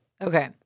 Okay